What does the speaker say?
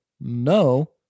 no